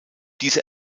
diese